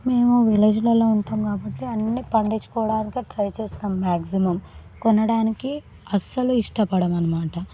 మేము విలేజ్లలో ఉంటాము కాబట్టి అన్నీ పండించుకోవడానికే ట్రై చేస్తాము మ్యాక్జిమం కొనడానికి అస్సలు ఇష్టపడము అన్నమాట